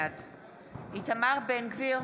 בעד איתמר בן גביר,